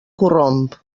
corromp